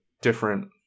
different